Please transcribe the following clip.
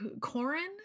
Corin